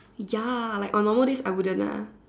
ya like on normal days I wouldn't ah